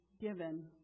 given